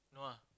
no ah